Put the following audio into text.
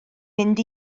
mynd